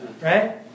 Right